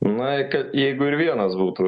na kad jeigu ir vienas būtų